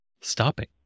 stopping